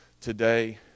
today